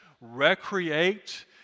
recreate